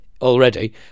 already